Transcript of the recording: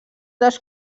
dels